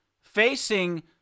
facing